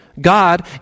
God